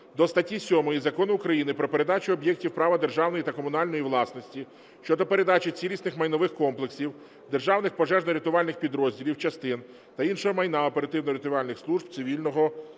до статті 7 Закону України "Про передачу об'єктів права державної та комунальної власності" щодо передачі цілісних майнових комплексів державних пожежно-рятувальних підрозділів (частин) та іншого майна Оперативно-рятувальної служби цивільного захисту.